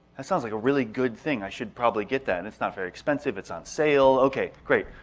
that sounds like a really good thing. i should probably get that. and it's not very expensive, it's on sale. okay, great.